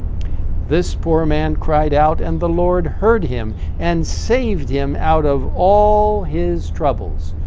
this poor man cried out and the lord heard him and saved him out of all his troubles.